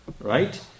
right